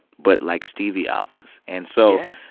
but, like, stevie albums. and so. yeah.